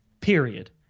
Period